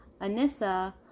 Anissa